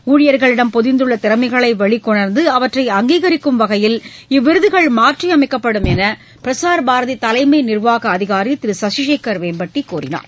ஊழியர்களிடம் பொதிந்துள்ள திறமைகளை வெளிகொணர்ந்து அவற்றை அங்கீகரிக்கும் வகையில் இவ்விருதுகள் மாற்றி அமைக்கப்படும் என்று பிரசார் பாரதி தலைமை நிர்வாக அதிகாரி திரு சசிசேகர் வேம்பட்டி கூறினார்